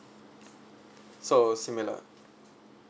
so similar